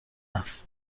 است